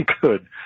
good